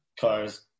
cars